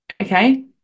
okay